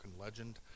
Legend